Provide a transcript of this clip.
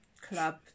Club